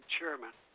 Chairman